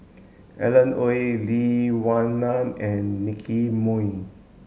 Alan Oei Lee Wee Nam and Nicky Moey